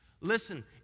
Listen